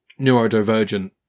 neurodivergent